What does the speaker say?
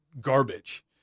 garbage